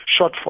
shortfall